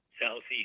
Southeast